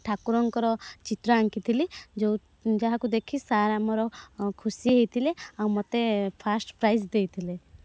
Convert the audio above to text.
ଠାକୁରଙ୍କର ଚିତ୍ର ଆଙ୍କିଥିଲି ଯେଉଁ ଯାହାକୁ ଦେଖି ସାର୍ ଆମର ଖୁସି ହେଇଥିଲେ ଆଉ ମୋତେ ଫାଷ୍ଟ୍ ପ୍ରାଇଜ୍ ଦେଇଥିଲେ